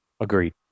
agreed